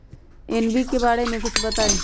NPK बारे म कुछ बताई?